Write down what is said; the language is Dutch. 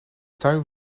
tuin